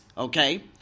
Okay